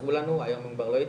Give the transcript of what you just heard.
שעזרו לנו, היום כבר לא איתנו,